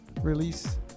release